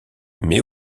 mais